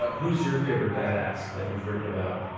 who is your favorite badass that you've written about?